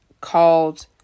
called